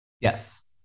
Yes